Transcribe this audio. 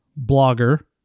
blogger